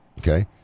okay